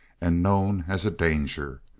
and known as a danger.